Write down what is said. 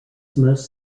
most